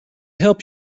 help